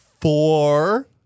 four